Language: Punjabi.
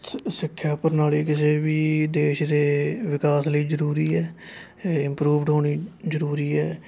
ਸ ਸਿੱਖਿਆ ਪ੍ਰਣਾਲੀ ਕਿਸੇ ਵੀ ਦੇਸ਼ ਦੇ ਵਿਕਾਸ ਲਈ ਜ਼ਰੂਰੀ ਹੈ ਇਹ ਇੰਪਰੂਵਡ ਹੋਣੀ ਜ਼ਰੂਰੀ ਹੈ